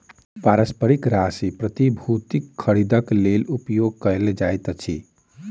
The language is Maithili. पारस्परिक राशि प्रतिभूतिक खरीदक लेल उपयोग कयल जाइत अछि